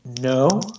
No